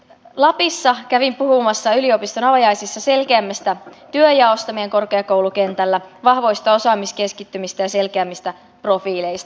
lapissa kävin puhumassa yliopiston avajaisissa selkeämmästä työnjaosta meidän korkeakoulukentällä vahvoista osaamiskeskittymistä ja selkeämmistä profiileista